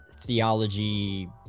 theology